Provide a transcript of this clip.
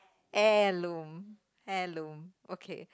heirloom heirloom okay